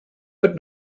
but